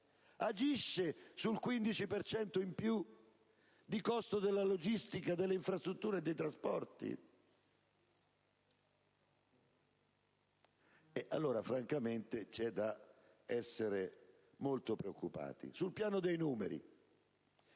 Agisce sul 15 per cento in più di costo della logistica, delle infrastrutture e dei trasporti? Francamente, c'è da essere molto preoccupati. Sul piano dei numeri,